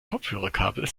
kopfhörerkabel